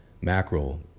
mackerel